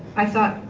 i thought,